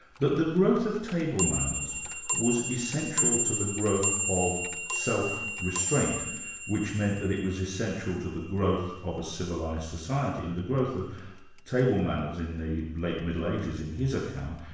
the the growth of table manners was essential to the growth of self-restraint, which meant that it was essential to the growth of a civilised society, and the growth of table manners in the late middle ages, in his account,